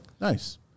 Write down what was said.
Nice